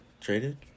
traded